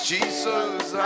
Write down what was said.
Jesus